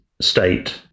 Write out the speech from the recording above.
state